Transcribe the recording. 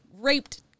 raped